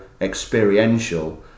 experiential